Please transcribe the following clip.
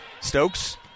Stokes